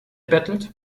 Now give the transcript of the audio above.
bettelt